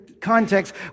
context